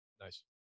nice